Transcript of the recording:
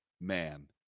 Man